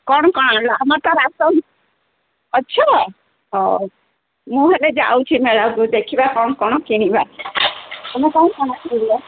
କ'ଣ କ'ଣ ଆଣିଲ ଆମର ତ ରାସନ୍ ଅଛି ହଉ ମୁଁ ହେଲେ ଯାଉଛି ମେଳାକୁ ଦେଖିବା କ'ଣ କ'ଣ କିଣିବା ତମେ କ'ଣ କ'ଣ କିଣିଲ